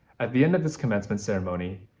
at the end of this commencement ceremony,